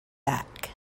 back